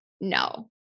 no